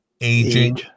aging